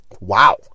Wow